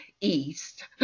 east